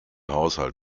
haushalt